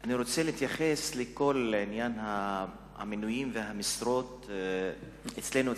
אני רוצה להתייחס לכל עניין המינויים והמשרות אצלנו,